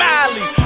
Miley